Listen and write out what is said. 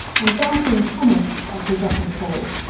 and doubting thomas, as he's often called,